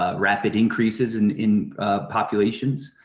ah rapid increases and in populations.